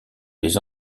les